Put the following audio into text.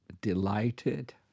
delighted